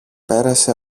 πέρασε